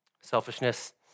selfishness